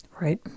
Right